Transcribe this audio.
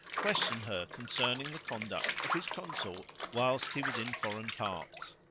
questioned her concerning the conduct of his consort whilst he was in foreign parts.